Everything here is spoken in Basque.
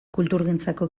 kulturgintzako